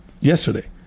Yesterday